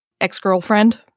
ex-girlfriend